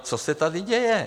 Co se tady děje?